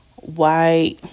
white